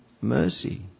mercy